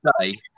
today